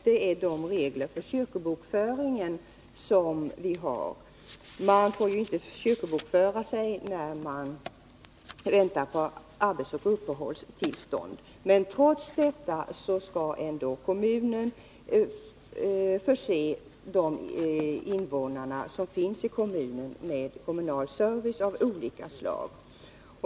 Det är de regler för kyrkobokföringen som vi har. Man får ju inte kyrkobokföra sig när man väntar på arbetsoch uppehållstillstånd, men trots detta skall ändå kommunen förse invånarna i kommunen med kommunal service av olika slag.